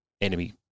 enemy